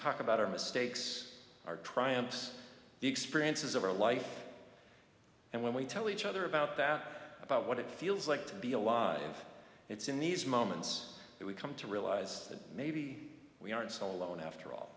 talk about our mistakes our triumphs the experiences of our life and when we tell each other about that about what it feels like to be alive it's in these moments that we come to realize that maybe we aren't so alone after all